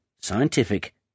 scientific